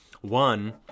one